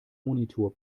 monitor